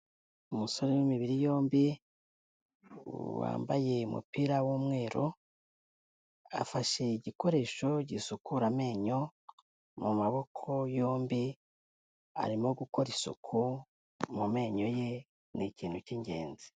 Umusore w'imibiri yombi wambaye umupira w'umweru, afashe igikoresho gisukura amenyo mu maboko yombi, arimo gukora isuku mu menyo ye, ni ikintu cy'ingenzi.